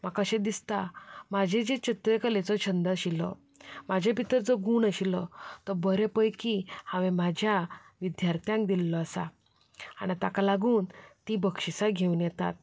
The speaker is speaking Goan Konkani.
म्हाका अशें दिसता म्हाजे जे चित्रकलेचो छंद आशिल्लो म्हाजे भितर जो गूण आशिल्लो तो बरे पैकी हांवें म्हाज्या विद्यार्थांक दिल्लो आसा आनी ताका लागून तीं बक्षिसां घेवन येतात